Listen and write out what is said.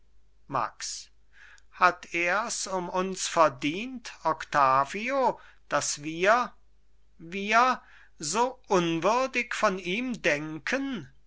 max hat ers um uns verdient octavio daß wir wir so unwürdig von ihm denken